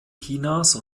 chinas